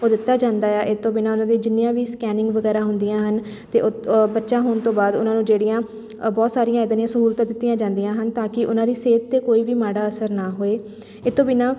ਉਹ ਦਿੱਤਾ ਜਾਂਦਾ ਹੈ ਇਹ ਤੋਂ ਬਿਨਾਂ ਉਹਨਾਂ ਦੇ ਜਿੰਨੀਆਂ ਵੀ ਸਕੈਨਿੰਗ ਵਗੈਰਾ ਹੁੰਦੀਆਂ ਹਨ ਅਤੇ ਉਤ ਅ ਬੱਚਾ ਹੋਣ ਤੋਂ ਬਾਅਦ ਉਹਨਾਂ ਨੂੰ ਜਿਹੜੀਆਂ ਅ ਬਹੁਤ ਸਾਰੀਆਂ ਇੱਦਾਂ ਦੀਆਂ ਸਹੂਲਤਾਂ ਦਿੱਤੀਆਂ ਜਾਂਦੀਆਂ ਹਨ ਤਾਂ ਕਿ ਉਹਨਾਂ ਦੀ ਸਿਹਤ 'ਤੇ ਕੋਈ ਵੀ ਮਾੜਾ ਅਸਰ ਨਾ ਹੋਏ ਇਹ ਤੋਂ ਬਿਨਾਂ